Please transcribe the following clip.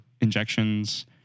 injections